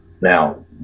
now